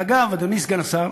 ואגב, אדוני סגן השר,